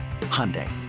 Hyundai